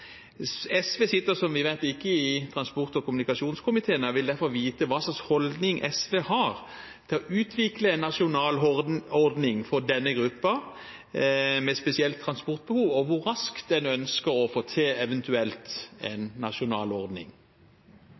Som vi vet, sitter ikke SV i transport- og kommunikasjonskomiteen. Jeg vil derfor vite hvilken holdning SV har til å utvikle en nasjonal ordning for gruppen med spesielt transportbehov, og hvor raskt en eventuelt ønsker å få til en nasjonal ordning.